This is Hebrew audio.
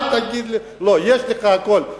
אל תגיד לי לא, יש לך הכול.